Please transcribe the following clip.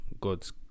God's